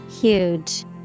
Huge